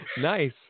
Nice